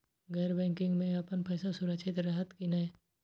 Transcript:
गैर बैकिंग में अपन पैसा सुरक्षित रहैत कि नहिं?